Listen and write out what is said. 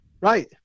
Right